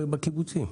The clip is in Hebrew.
בקיבוצים.